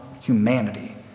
humanity